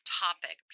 topic